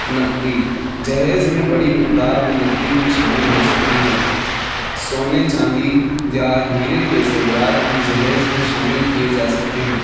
نقدی جہیز میں بڑی مقدار میں نقدی بھی شامل ہو سکتی ہے سونے چاندی یا ہیرے کے زیورات بھی جہیز میں شامل کیے جا سکتے ہیں